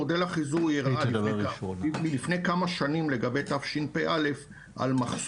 מודל החיזוי הראה מלפני כמה שנים לגבי תשפ"א מחסור